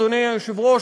אדוני היושב-ראש,